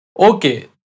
Okay